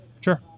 Sure